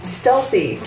stealthy